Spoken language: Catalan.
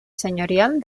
senyorial